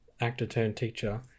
actor-turned-teacher